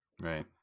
Right